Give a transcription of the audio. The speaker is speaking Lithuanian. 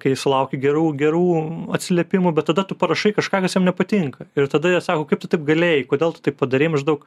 kai sulauki gerų gerų atsiliepimų bet tada tu parašai kažką kas jam nepatinka ir tada jie sako kaip tu taip galėjai kodėl tu taip padarei maždaug